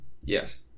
yes